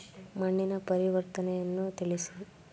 ಮಣ್ಣಿನ ಪರಿವರ್ತನೆಯನ್ನು ತಿಳಿಸಿ?